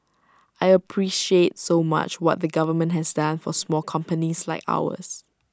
I appreciate so much what the government has done for small companies like ours